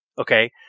Okay